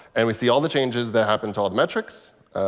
and we see all the changes that happen to all the metrics.